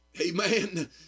Amen